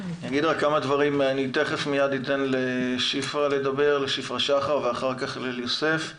אני תיכף אתן לשפרה ואחר כך לאליוסף לדבר,